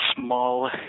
small